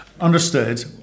Understood